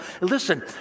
Listen